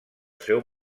seu